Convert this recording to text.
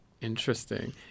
Interesting